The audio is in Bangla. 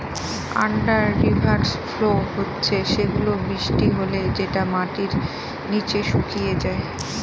আন্ডার রিভার ফ্লো হচ্ছে সেগুলা বৃষ্টি হলে যেটা মাটির নিচে শুকিয়ে যায়